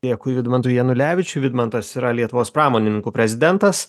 dėkui vidmantui janulevičiui vidmantas yra lietuvos pramonininkų prezidentas